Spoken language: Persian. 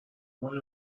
مال